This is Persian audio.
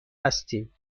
هستیم